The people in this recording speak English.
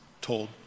told